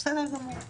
בסדר גמור.